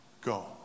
Go